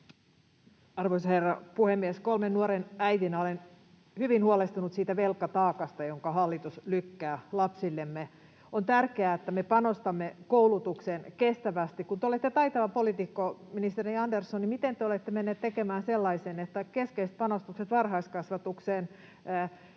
Arvoisa herra puhemies! Kolmen nuoren äitinä olen hyvin huolestunut siitä velkataakasta, jonka hallitus lykkää lapsillemme. On tärkeää, että me panostamme koulutukseen kestävästi. Kun te olette taitava poliitikko, ministeri Andersson, miten te olette mennyt tekemään sellaisen, että keskeiset panostukset varhaiskasvatukseen,